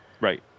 right